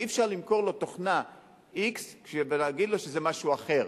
אי-אפשר למכור לו תוכנה x ולהגיד לו שזה משהו אחר,